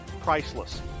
priceless